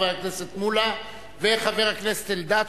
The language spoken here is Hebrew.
חבר הכנסת מולה וחבר הכנסת אלדד,